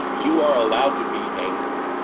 you are allowed to be angry.